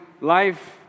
life